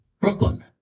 Brooklyn